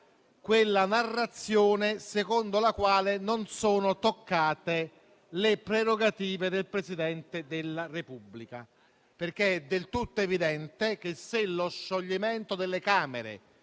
quella narrazione secondo la quale non sono toccate le prerogative del Presidente della Repubblica. È infatti del tutto evidente che, se lo scioglimento delle Camere